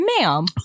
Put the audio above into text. Ma'am